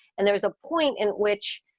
and there was a point in which.